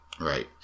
Right